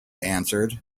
answered